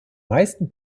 meisten